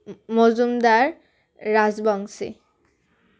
Majumdar Rajbongshi